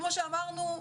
כמו שאמרנו,